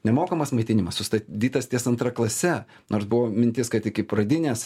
nemokamas maitinimas sustabdytas ties antra klase nors buvo mintis kad iki pradinės